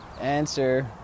Answer